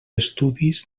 estudis